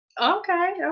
Okay